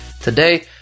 today